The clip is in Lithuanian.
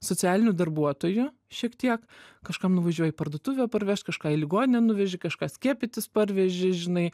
socialiniu darbuotoju šiek tiek kažkam nuvažiuoji į parduotuvę parvežt kažką į ligoninę nuveži kažką skiepytis parveži žinai